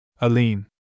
Aline